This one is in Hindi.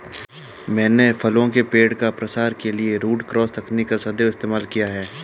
मैंने फलों के पेड़ का प्रसार के लिए रूट क्रॉस तकनीक का सदैव इस्तेमाल किया है